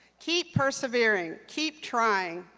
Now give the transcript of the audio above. keep persevering, keep trying,